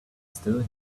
still